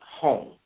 home